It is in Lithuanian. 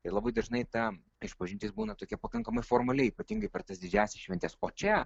ir labai dažnai ta išpažintis būna tokia pakankamai formali ypatingai per tas didžiąsias šventes o čia